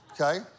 okay